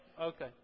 Okay